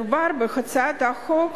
מדובר בהצעת חוק